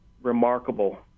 remarkable